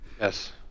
Yes